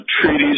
treaties